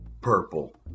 purple